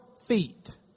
feet